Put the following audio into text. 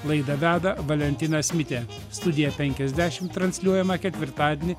laidą veda valentinas mitė studija penkiasdešimt transliuojama ketvirtadienį